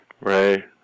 Right